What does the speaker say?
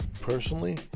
personally